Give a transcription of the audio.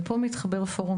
ופה מתחבר פורום